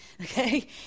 okay